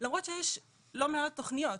למרות שיש לא מעט תוכניות.